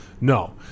no